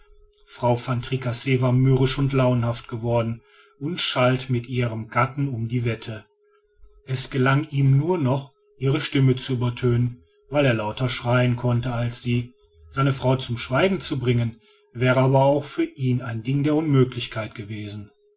frau van tricasse war mürrisch und launenhaft geworden und schalt mit ihrem gatten um die wette es gelang ihm nur noch ihre stimme zu übertönen weil er lauter schreien konnte als sie seine frau zum schweigen zu bringen wäre aber auch für ihn ein ding der unmöglichkeit gewesen